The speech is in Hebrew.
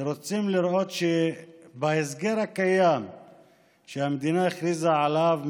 שרוצים לראות שבסגר הקיים שהמדינה הכריזה עליו,